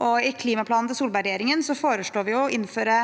I klimaplanen til Solberg-regjeringen foreslo vi å innføre